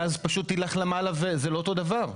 גז פשוט ילך למעלה וזה לא אותו דבר.